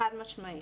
חד משמעית.